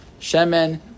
Shemen